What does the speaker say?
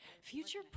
Future